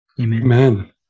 amen